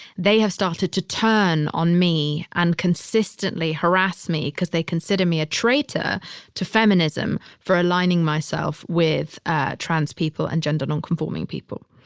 they have started to turn on me and consistently harass me because they consider me a traitor to feminism for aligning myself with ah trans people and gender nonconforming people.